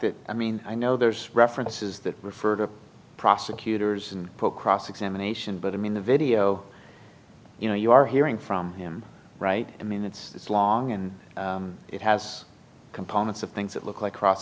that i mean i know there's references that refer to prosecutors and put cross examination but i mean the video you know you are hearing from him right i mean it's it's long and it has components of things that look like cross